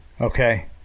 Okay